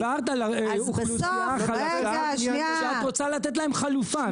את דיברת על האוכלוסייה החלשה שאת רוצה לתת לה חלופה,